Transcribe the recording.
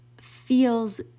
feels